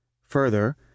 Further